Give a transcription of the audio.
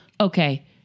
okay